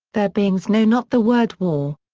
their beings know not the word war.